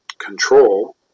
control